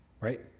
right